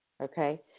Okay